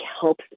helps